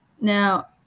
now